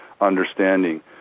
understanding